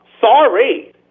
Sorry